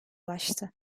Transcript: ulaştı